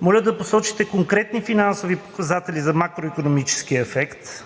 Моля да посочите конкретни финансови показатели за макроикономическия ефект